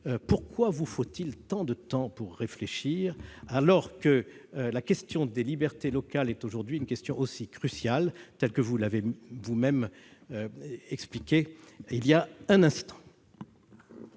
Pourquoi vous faut-il tant de temps pour réfléchir alors que la question des libertés locales est aujourd'hui cruciale, comme vous l'avez vous-même expliqué il y a un instant ?